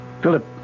Philip